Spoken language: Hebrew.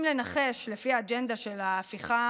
אם לנחש לפי האג'נדה של ההפיכה